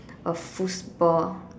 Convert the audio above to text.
a foosball